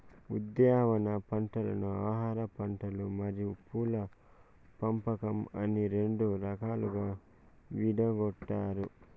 ఉద్యానవన పంటలను ఆహారపంటలు మరియు పూల పంపకం అని రెండు రకాలుగా విడగొట్టారు